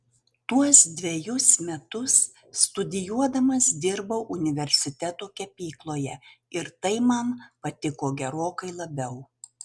tuos dvejus metus studijuodamas dirbau universiteto kepykloje ir tai man patiko gerokai labiau